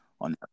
On